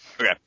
Okay